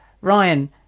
ryan